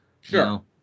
Sure